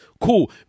Cool